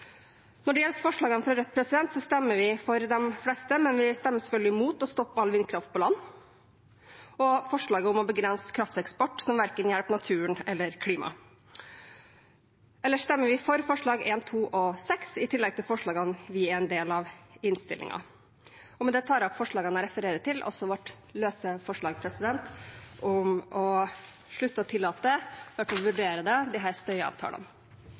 Når det gjelder forslagene fra Rødt, stemmer vi for de fleste, men vi stemmer selvfølgelig mot å stoppe all vindkraft på land og forslaget om å begrense krafteksport, som verken hjelper naturen eller klimaet. Ellers stemmer vi for forslagene nr. 1, 2 og 6, i tillegg til forslagene vi er en del av i innstillingen. Med det tar jeg opp forslagene jeg refererer til, også vårt løse forslag om å slutte å tillate – iallfall vurdere det – disse støyavtalene. Da har representanten Une Bastholm tatt opp de